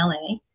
LA